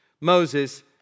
Moses